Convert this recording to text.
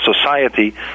society